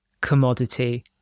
commodity